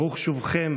ברוך שובכם